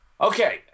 Okay